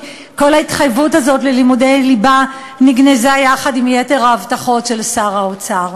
כל ההתחייבות הזאת ללימודי ליבה נגנזה יחד עם יתר ההבטחות של שר האוצר.